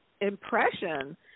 impression